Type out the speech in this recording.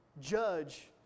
Judge